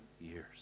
years